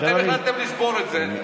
אתם החלטתם לשבור את זה,